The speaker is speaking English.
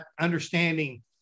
understanding